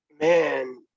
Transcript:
Man